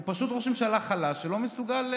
הוא פשוט ראש ממשלה חלש שלא מסוגל לזוז,